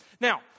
Now